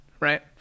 Right